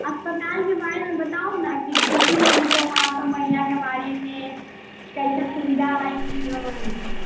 अस्पतालके बारेमे बताउ ना कि कि होइ छै वहाँ महिलाके बारेमे कैसा सुविधा है ना है